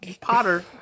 Potter